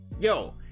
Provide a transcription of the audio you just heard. yo